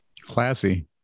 Classy